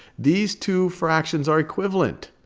these two fractions are equivalent.